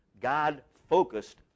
God-focused